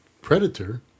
Predator